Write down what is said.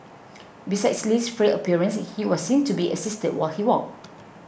besides Li's frail appearance he was seen to be assisted while he walked